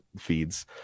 feeds